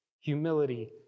humility